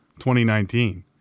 2019